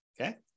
Okay